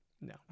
No